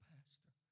Pastor